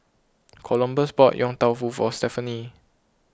Columbus bought Yong Tau Foo for Stephany